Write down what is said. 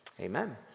Amen